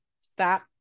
Stop